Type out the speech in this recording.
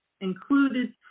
included